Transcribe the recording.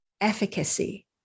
efficacy